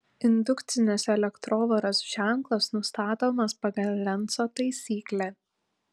indukcinės elektrovaros ženklas nustatomas pagal lenco taisyklę